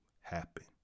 happen